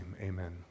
Amen